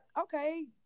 okay